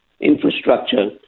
infrastructure